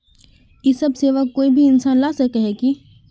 इ सब सेवा कोई भी इंसान ला सके है की?